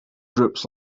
groups